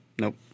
Nope